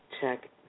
check